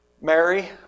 Mary